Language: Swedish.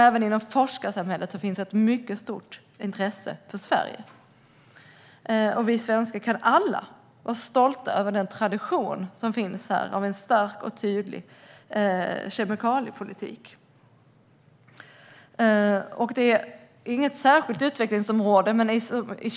Även inom forskarsamhället finns det ett mycket stort intresse för Sverige. Vi svenskar kan vara stolta över den tradition som finns av en stark och tydlig kemikaliepolitik.